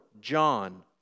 John